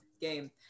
game